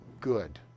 good